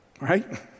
right